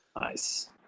Nice